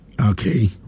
Okay